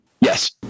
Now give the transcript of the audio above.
yes